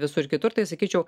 visur kitur tai sakyčiau